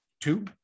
two